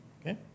okay